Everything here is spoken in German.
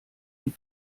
die